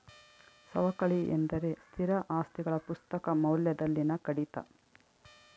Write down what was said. ಸವಕಳಿ ಎಂದರೆ ಸ್ಥಿರ ಆಸ್ತಿಗಳ ಪುಸ್ತಕ ಮೌಲ್ಯದಲ್ಲಿನ ಕಡಿತ